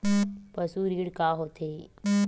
पशु ऋण का होथे?